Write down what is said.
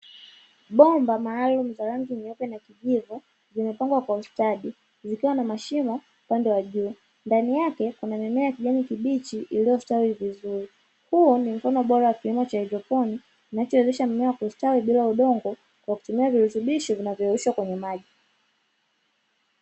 Bomba maalumu la rangi nyeupe na kijivu zimepangwa kwa ustadi zikiwa na ustadi zikiwa na mashimo upande wa juu, ndani yake kuna mimea ya kijani kibichi iliyo stawi vizuri. Huu ni mfano bora wa kilimo cha haidroponi kinachowezesha mimea kustawi bila udongo kwa kutumia virutubisho vilivyo yeyushwa kwenye maji,